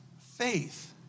faith